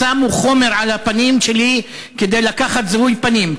שמו חומר על הפנים שלי כדי לקחת זיהוי פנים,